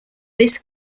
this